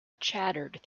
chattered